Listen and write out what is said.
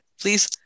please